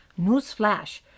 Newsflash